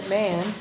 man